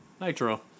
Nitro